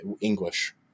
English